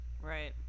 Right